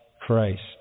Christ